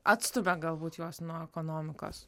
atstumia galbūt juos nuo ekonomikos